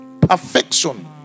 Perfection